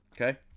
Okay